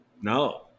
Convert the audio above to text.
No